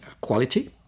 quality